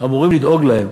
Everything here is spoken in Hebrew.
אמורים לדאוג להם.